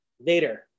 Vader